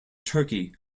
turkey